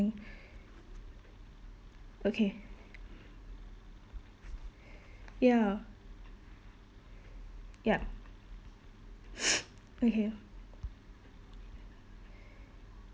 okay ya yup okay